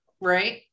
right